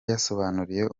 yasobanuriye